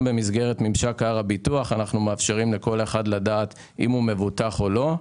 מאפשרים במסגרת ממשק הר הביטוח לכל אחד לדעת אם הוא מבוטח או לא.